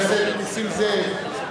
חבר הכנסת נסים זאב,